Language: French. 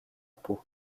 peau